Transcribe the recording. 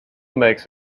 makes